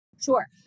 Sure